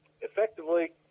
effectively